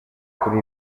kuri